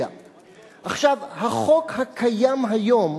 החוק הקיים היום